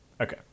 okay